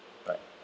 bye